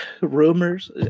rumors